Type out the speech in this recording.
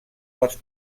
dels